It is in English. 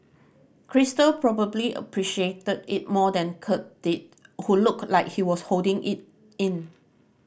crystal probably appreciated it more than Kirk did who looked like he was holding it in